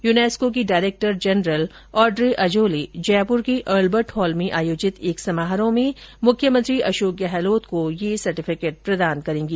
UNESCO की director general Audrey Azoulay Jaipur के Albert Hall में आयोजित एक समारोह में मुख्यमंत्री अशोक गहलोत को यह सर्टिफिकेट प्रदान करेंगी